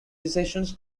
decisions